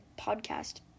podcast